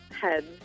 heads